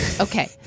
Okay